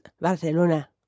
Barcelona